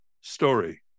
story